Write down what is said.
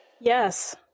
Yes